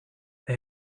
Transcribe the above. they